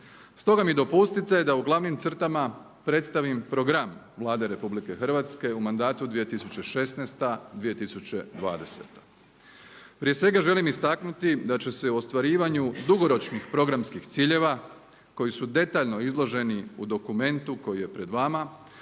Stoga mi dopustite da u glavnim crtama predstavim program Vlade Republike Hrvatske u mandatu 2016./2020. Prije svega želim istaknuti da će se u ostvarivanju dugoročnih programskih ciljeva koji su detaljno izloženi u dokumentu koji je pred vama